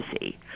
see